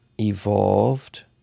evolved